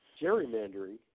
gerrymandering